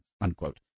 unquote